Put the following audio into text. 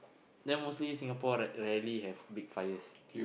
then mostly Singapore right rarely have big fires